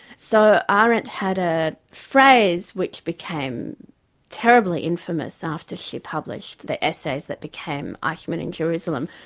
so ah arendt had a phrase which became terribly infamous after she published the essays that became eichmann in jerusalem,